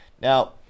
Now